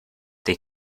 they